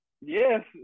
Yes